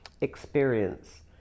experience